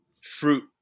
fruit